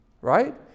Right